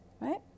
right